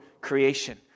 creation